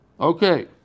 Okay